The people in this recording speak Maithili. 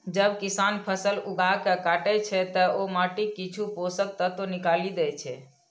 जब किसान फसल उगाके काटै छै, ते ओ माटिक किछु पोषक तत्व निकालि दै छै